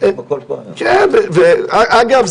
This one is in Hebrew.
ואגב,